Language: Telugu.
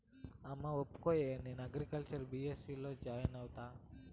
అమ్మా ఒప్పుకోయే, నేను అగ్రికల్చర్ బీ.ఎస్.సీ లో జాయిన్ అయితా